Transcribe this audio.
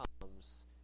comes